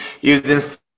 using